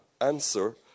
answer